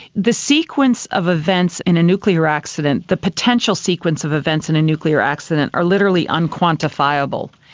the sequence of events in a nuclear accident, the potential sequence of events in a nuclear accident, are literally unquantifiable.